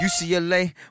UCLA